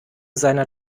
seiner